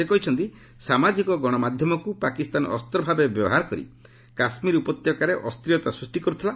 ସେ କହିଛନ୍ତି ସାମାଜିକ ଗଣମାଧ୍ୟମକୁ ପାକିସ୍ତାନ ଅସ୍ତ୍ର ଭାବେ ବ୍ୟବହାର କରି କାଶ୍ମୀର ଉପତ୍ୟକାରେ ଅସ୍ଥିରତା ସୃଷ୍ଟି କରୁଥିଲା